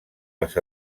les